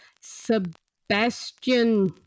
Sebastian